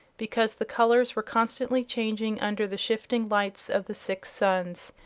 because the colors were constantly changing under the shifting lights of the six suns.